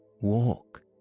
Walk